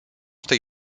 tej